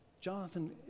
Jonathan